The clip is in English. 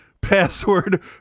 password